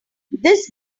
this